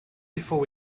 before